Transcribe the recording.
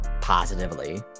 positively